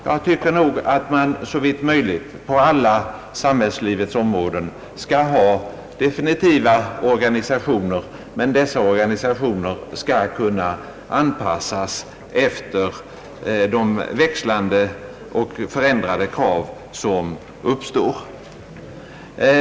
Jag tycker att man såvitt möjligt på alla samhällslivets områden skall ha definitiva organisationer, men dessa organisationer skall kunna anpassas efter de förändrade krav som uppstår.